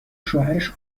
شوهرش